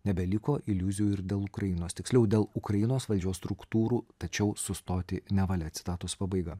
nebeliko iliuzijų ir dėl ukrainos tiksliau dėl ukrainos valdžios struktūrų tačiau sustoti nevalia citatos pabaiga